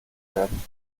werden